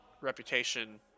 reputation